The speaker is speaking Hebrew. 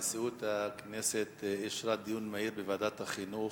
נשיאות הכנסת אישרה דיון מהיר בוועדת החינוך,